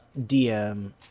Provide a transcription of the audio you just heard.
DM